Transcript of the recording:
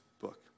book